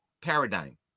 paradigm